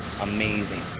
amazing